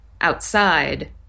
outside